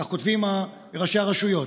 כך כותבים ראשי הרשויות,